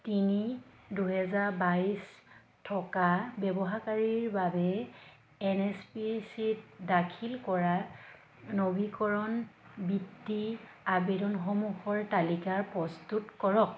তিনি দুই হাজাৰ বাইছ থকা ব্যৱহাৰকাৰীৰ বাবে এন এছ পি চি ত দাখিল কৰা নবীকৰণ বৃত্তি আবেদনসমূহৰ তালিকাৰ প্ৰস্তুত কৰক